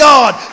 God